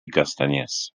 castanyers